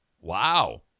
wow